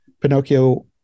pinocchio